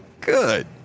good